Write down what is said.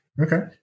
Okay